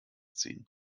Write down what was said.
ziehen